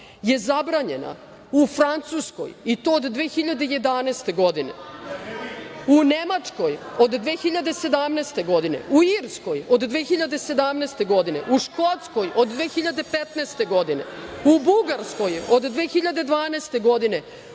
je zabranjena u Francuskoj i to od 2011. godine, u Nemačkoj od 2017. godine, u Irskoj od 2017. godine, u Škotskoj od 2015. godine, u Bugarskoj od 2012. godine,